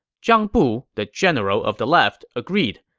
zhang bu, the general of the left, agreed.